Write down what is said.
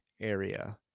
area